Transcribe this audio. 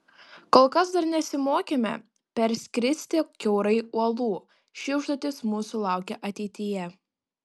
kol kas dar nesimokėme perskristi kiaurai uolų ši užduotis mūsų laukia ateityje